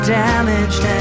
damaged